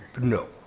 No